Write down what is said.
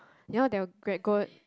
you know their grade goat